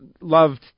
loved